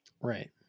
Right